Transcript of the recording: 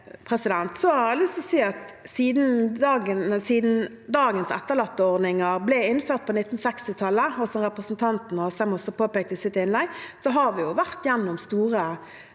Jeg har også lyst til å si at siden dagens etterlatteordninger ble innført på 1960-tallet, som representanten Asheim også påpekte i sitt innlegg, har vi vært gjennom store